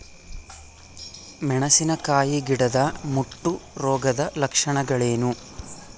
ಮೆಣಸಿನಕಾಯಿ ಗಿಡದ ಮುಟ್ಟು ರೋಗದ ಲಕ್ಷಣಗಳೇನು?